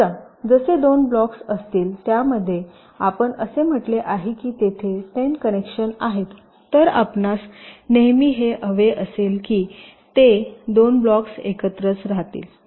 समजा जसे दोन ब्लॉक्स असतील ज्यामध्ये आपण असे म्हटले आहे की तेथे 10 कनेक्शन आहेत तर आपणास नेहमी हे हवे असेल की ते 2 ब्लॉक्स एकत्रच राहतील